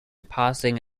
passing